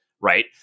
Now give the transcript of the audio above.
right